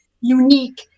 unique